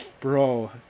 bro